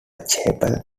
chapel